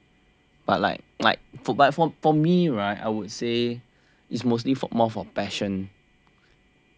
but like like for but for for me right I would say is mostly for more for passion